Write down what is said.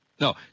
No